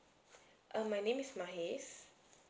err my name is mahes